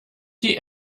die